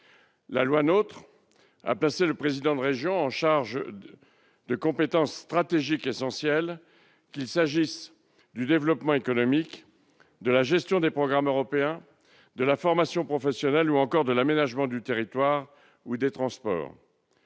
La loi NOTRe a confié au président de région des compétences stratégiques essentielles, qu'il s'agisse du développement économique, de la gestion des programmes européens, de la formation professionnelle ou encore de l'aménagement du territoire ou des transports.